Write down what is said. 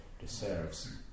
deserves